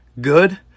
good